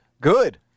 Good